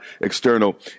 external